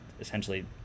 essentially